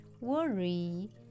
worry